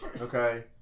Okay